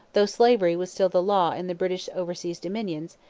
though slavery was still the law in the british oversea dominions,